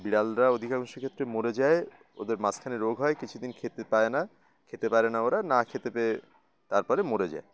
বিড়ালরা অধিকাংশ ক্ষেত্রে মরে যায় ওদের মাঝখানে রোগ হয় কিছু দিন খেতে পায় না খেতে পারে না ওরা না খেতে পেয়ে তারপরে মরে যায়